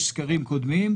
יש סקרים קודמים,